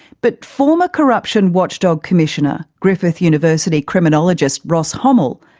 but former corruption watchdog commissioner, griffith university criminologist ross homel,